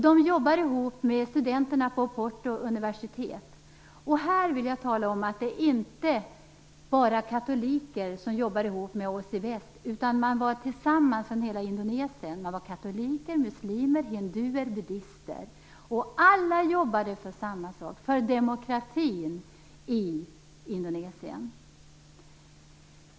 De jobbar ihop med studenterna på Oportouniversitetet. Här vill jag tala om att det inte bara är katoliker som jobbar ihop med oss i väst, utan man var tillsammans från hela Indonesien. Det var katoliker, muslimer, hinduer, buddister. Alla jobbade för samma sak, för demokratin i Indonesien.